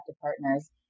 partners